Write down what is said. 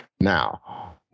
Now